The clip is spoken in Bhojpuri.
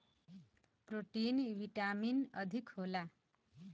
प्रोटीन विटामिन अधिक होला